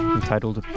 entitled